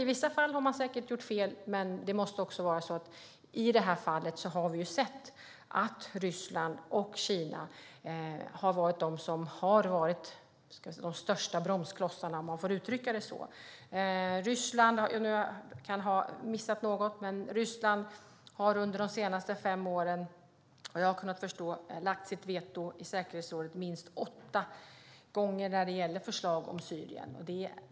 I vissa fall har man säkert gjort fel, men i det här fallet har vi sett att Ryssland och Kina har varit de största bromsklossarna, om jag får uttrycka det så. Jag kan ha missat något, men som jag förstår det har Ryssland under de senaste fem åren lagt in sitt veto i säkerhetsrådet minst åtta gånger när det gäller förslag om Syrien.